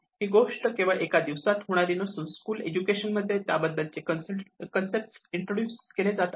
ही गोष्ट केवळ एका दिवसात होणारी नसून स्कूल एज्युकेशन मध्ये त्याबद्दल कन्सेप्ट इंट्रोड्युस केले जात आहे